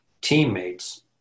teammates